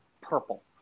purple